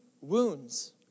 wounds